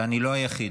ואני לא היחיד.